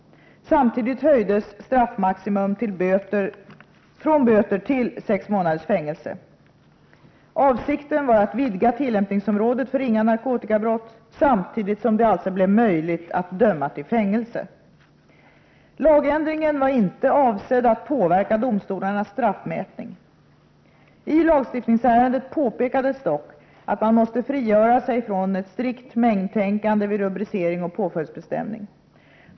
Samtidigt höjdes straffmaximum från böter till sex månaders fängelse. Avsikten var att vidga tillämpningsområdet för ringa narkotikabrott samtidigt som det alltså blev möjligt att döma till fängelse. Lagändringen var inte avsedd att påverka domstolarnas straffmätning. I lagstiftningsärendet påpekades dock att man måste frigöra sig från ett strikt mängdtänkande vid rubricering och påföljdsbestämning.